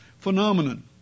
phenomenon